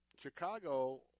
Chicago